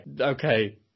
Okay